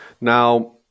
Now